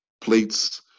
plates